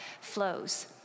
flows